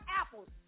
apples